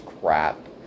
crap